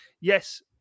Yes